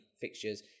fixtures